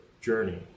journey